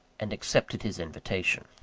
and accepted his invitation.